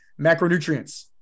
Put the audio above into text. macronutrients